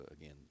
again